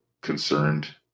concerned